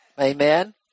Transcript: Amen